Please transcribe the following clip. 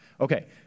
Okay